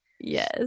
Yes